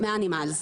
מאנימלס,